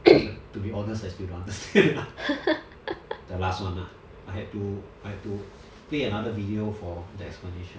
but to be honest I still don't understand lah the last one lah I had to I had to play another video for the explanation